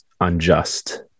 unjust